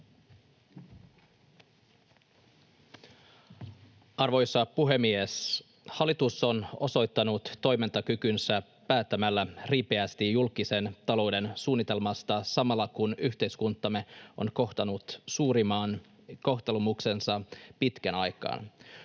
Arvoisa puhemies! Hallitus on osoittanut toimintakykynsä päättämällä ripeästi julkisen talouden suunnitelmasta samalla kun yhteiskuntamme on kohdannut suurimman koettelemuksensa pitkään aikaan.